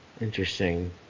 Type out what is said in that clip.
Interesting